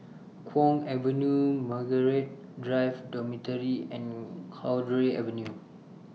Kwong Avenue Margaret Drive Dormitory and Cowdray Avenue